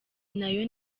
nayo